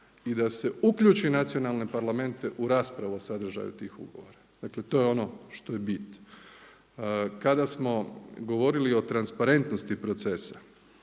i da se uključi nacionalne parlamente u raspravu o sadržaju tih ugovora. Dakle to je ono što je bit. Kada smo govorili o transparentnosti procesa,